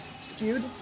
skewed